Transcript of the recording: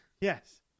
Yes